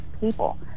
people